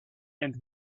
and